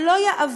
זה לא יעבוד.